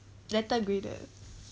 letter graded